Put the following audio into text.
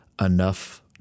enough